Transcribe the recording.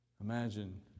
Imagine